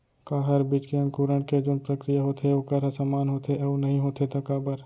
का हर बीज के अंकुरण के जोन प्रक्रिया होथे वोकर ह समान होथे, अऊ नहीं होथे ता काबर?